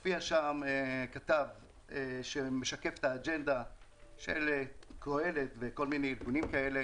בה הופיע כתב שמשקף את האג'נדה של קהלת וכל מיני ארגונים כאלה